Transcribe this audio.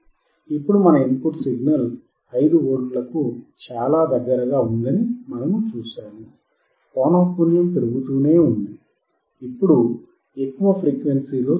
ఇప్పుడు మన input signal 5V కి చాలా దగ్గరగా ఉందని మనం చూశాము పౌనఃపున్యం పెరుగుతూనే ఉంది ఇప్పుడు ఎక్కువ ఫ్రీక్వెన్సీ లో చూద్దాం